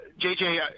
JJ